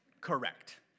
Correct